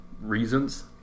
reasons